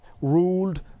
ruled